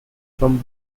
from